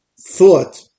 thought